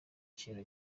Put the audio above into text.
ikintu